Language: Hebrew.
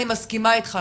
אני מסכימה איתך,